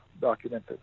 documented